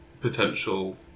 potential